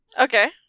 Okay